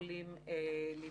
יכולים להיפגע.